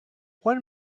one